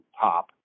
top